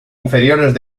inferiores